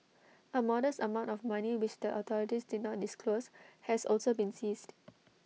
A modest amount of money which the authorities did not disclose has also been seized